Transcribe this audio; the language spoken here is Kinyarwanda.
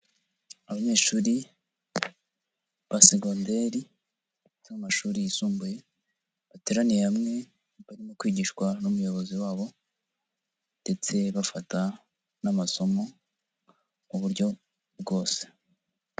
Abanyeshuri ba segoderi cyangwa amashuri yisumbuye, bateraniye hamwe barimo kwigishwa n'umuyobozi wabo, ndetse bafata n'amasomo mu buryo bwose.